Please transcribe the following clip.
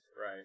Right